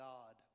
God